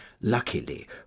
luckily